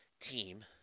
team